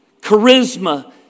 Charisma